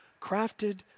crafted